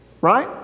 Right